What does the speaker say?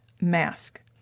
mask